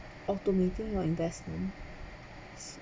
automating your investment